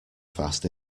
fast